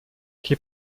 die